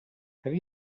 have